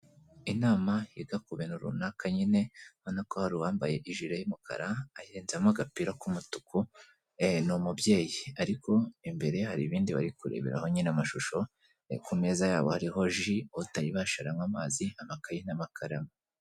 Inama yiga ku bintu runaka nyine, uona ko hari uwambaye ijire y'umukara ayirenzamo agapira k'umutuku, ni umubyeyi ariko imbere hari ibindi bari kureberaho nyine n'amashusho, ku meza yabo hariho ji, utayibasha aranywa amazi, amakayi n'amakaramu.